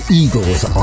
eagle's